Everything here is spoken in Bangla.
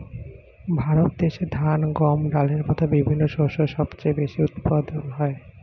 ভারত দেশে ধান, গম, ডালের মতো বিভিন্ন শস্য সবচেয়ে বেশি উৎপাদন হয়